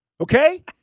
Okay